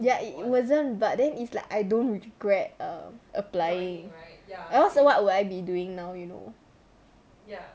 ya it wasn't but then it's like I don't regret um applying or else err what would I be doing now you know